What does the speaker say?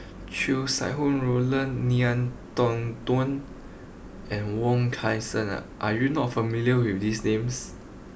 Chow Sau Roland Ngiam Tong Dow and Wong Kan Seng are you not familiar with these names